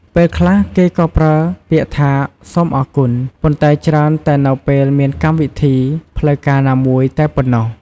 ពេលខ្លះ គេក៏ប្រើពាក្យថា សូមអរគុណ ប៉ុន្តែច្រើនតែនៅពេលមានកម្មវិធីផ្លូវការណាមួយតែប៉ុណ្ណោះ។